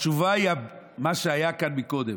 התשובה היא מה שהיה כאן קודם.